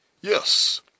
Yes